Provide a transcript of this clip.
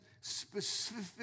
specific